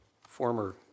former